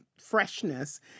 Freshness